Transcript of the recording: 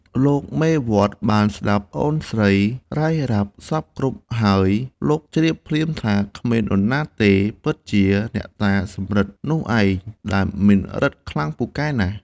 លោកមេវត្តបានស្ដាប់ប្អូនស្រីរាយរាប់គ្រប់សព្វគ្រប់ហើយ លោកជ្រាបភ្លាមថា គ្មាននរណាទេ ពិតជាអ្នកតាសំរឹទ្ធិនោះឯង ព្រោះមានឫទ្ធិខ្លាំងពូកែណាស់ ។